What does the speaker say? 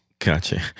Gotcha